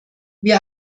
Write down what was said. wir